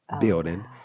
building